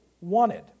wanted